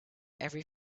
every